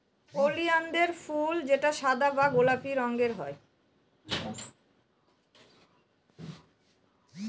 ওলিয়ানদের ফুল যেটা সাদা বা গোলাপি রঙের হয়